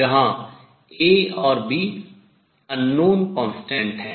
जहां A और B अज्ञात स्थिरांक हैं